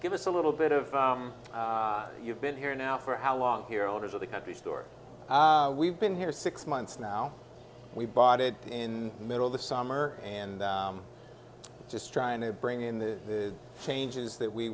give us a little bit of you've been here now for how long here owners of the country store we've been here six months now we bought it in the middle of the summer and just trying to bring in the changes that we